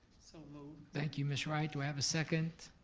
so moved. thank you miss wright, do i have a second?